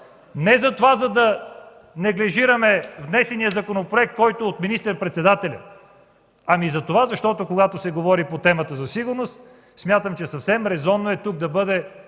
зала, не за да неглижираме внесения законопроект от министър-председателя, а защото когато се говори по темата за сигурността, смятам, че съвсем резонно е тук да бъдат